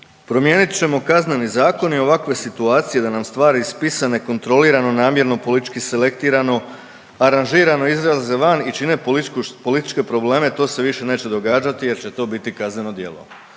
Promijenit ćemo Kazneni zakon i ovakve situacije da nam stvari ispisane kontrolirano, namjerno, političko selektirano, aranžirano izlaze van i čine političke probleme, to se više neće događati jer će to biti kazneno djelo.